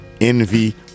envy